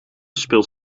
speelt